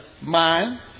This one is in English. mind